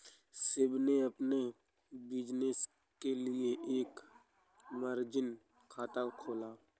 शिव ने अपने बिज़नेस के लिए एक मार्जिन खाता खोला